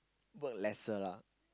work lesser lah